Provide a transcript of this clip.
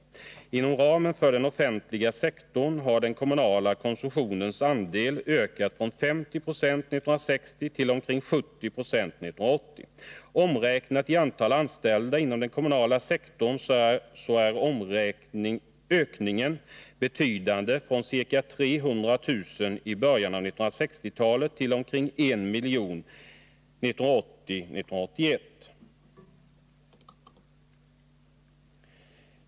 Inom ramen för den offentliga sektorn har den kommunala konsumtionens andel ökat från 50 26 1960 till omkring 70 96 1980. Omräknat i antal anställda inom den kommunala sektorn så är ökningen betydande från ca 300 000 i början av 1960-talet till omkring en miljon 1980-1981.